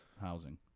housing